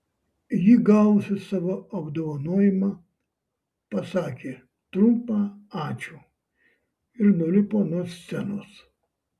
ji gavusi savo apdovanojimą pasakė trumpą ačiū ir nulipo nuo scenos